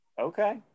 Okay